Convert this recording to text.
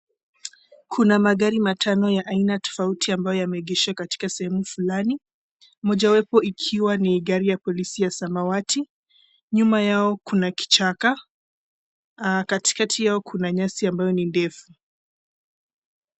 Kuna magari matano ya aina tofauti ambayo yameegeshwa katika sehemu fulani mojawapo ikiwa ni gari ya polisi ya samawati, nyuma yao kuna kichaka, katikati yao kuna nyasi ambayo ni ndefu.